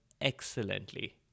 excellently